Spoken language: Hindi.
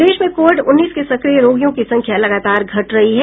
प्रदेश में कोविड उन्नीस के सक्रिय रोगियों की संख्या लगातार घट रही है